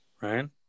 Ryan